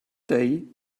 day